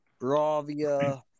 bravia